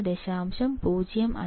05 volts